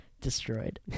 destroyed